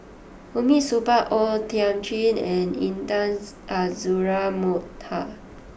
Hamid Supaat O Thiam Chin and Intan Azura Mokhtar